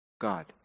God